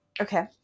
Okay